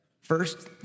First